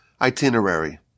itinerary